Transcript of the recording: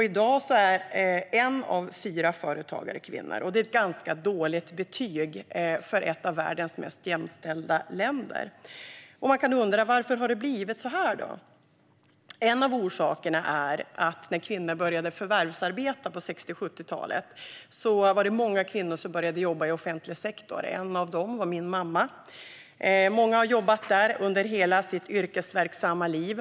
I dag är en av fyra företagare kvinna, vilket är ett ganska dåligt betyg för ett av världens mest jämställda länder. Man kan undra varför det har blivit så här. En av orsakerna är att många kvinnor började att jobba i den offentliga sektorn när kvinnor började att förvärvsarbeta på 60 och 70-talet. En av dem var min mamma. Många har jobbat där under hela sitt yrkesverksamma liv.